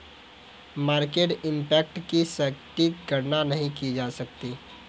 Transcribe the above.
market impact की सटीक गणना नहीं की जा सकती